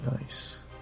Nice